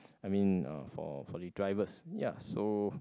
I mean uh for for the drivers ya so